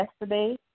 yesterday